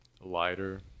lighter